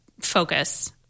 focus